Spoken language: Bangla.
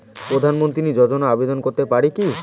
প্রধানমন্ত্রী যোজনাতে আবেদন করতে পারি কি?